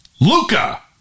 Luca